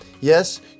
Yes